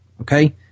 Okay